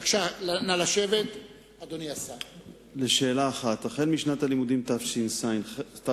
1. החל משנת הלימודים תשס"ח,